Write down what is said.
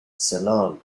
ceylon